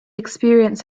experience